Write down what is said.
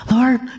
Lord